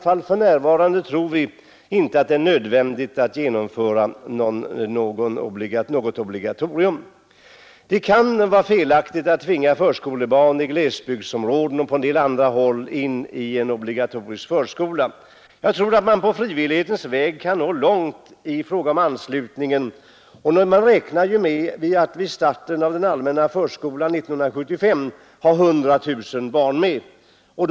För närvarande tror vi inte att det är nödvändigt att genomföra något obligatorium. Det kan vara felaktigt att tvinga förskolebarn i glesbygdsområden och på en del andra håll in i en obligatorisk förskola. Man kan nog på frivillighetens väg nå långt i fråga om anslutningen, och man räknar ju med att redan vid starten av den allmänna förskolan år 1975 skall etthundratusen barn vara med.